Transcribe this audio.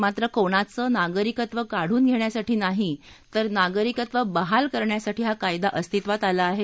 मात्र कोणाचं नागरिकत्व काढून घेण्यासाठी नाही तर नागरिकत्व देण्यासाठी हा कायदा अस्तित्वात आला आहे